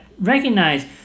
recognize